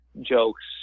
jokes